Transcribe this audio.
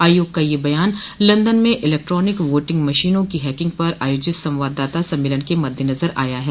आयोग का यह बयान लंदन में इलेक्ट्रॉनिक वोटिंग मशीनों की हैकिंग पर आयोजित संवाददाता सम्मेलन के मद्देनजर आया है